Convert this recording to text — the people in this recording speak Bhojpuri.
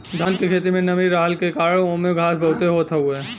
धान के खेत में नमी रहला के कारण ओमे घास बहुते होत हवे